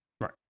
Right